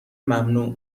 ممنوع